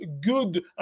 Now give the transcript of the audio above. good